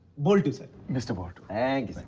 boltu sir. mr. boltu. thank